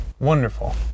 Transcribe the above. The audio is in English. Wonderful